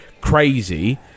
crazy